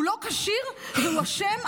הוא לא כשיר והוא אשם.